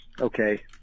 Okay